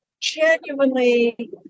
genuinely